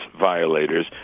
violators